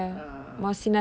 ah